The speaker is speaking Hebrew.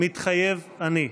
"מתחייב אני".